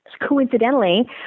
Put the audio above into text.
coincidentally